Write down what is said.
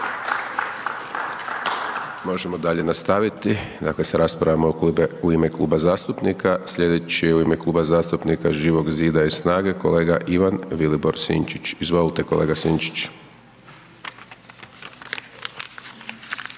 Možemo dalje nastaviti, dakle, sa raspravama u ime kluba zastupnika, slijedeći u ime Kluba zastupnika Živog Zida i SNAGA-e, kolega Ivan Vilibor Sinčić, izvolite kolega Sinčić.